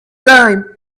time